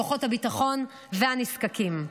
כוחות הביטחון והנזקקים.